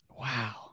Wow